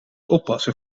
oppassen